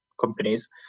companies